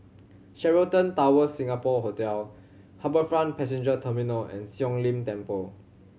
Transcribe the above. Sheraton Towers Singapore Hotel HarbourFront Passenger Terminal and Siong Lim Temple